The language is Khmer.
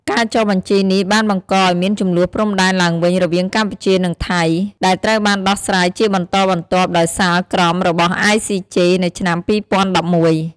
ការចុះបញ្ជីនេះបានបង្កឲ្យមានជម្លោះព្រំដែនឡើងវិញរវាងកម្ពុជា និងថៃ ដែលត្រូវបានដោះស្រាយជាបន្តបន្ទាប់ដោយសាលក្រមរបស់ ICJ នៅឆ្នាំ ២០១១។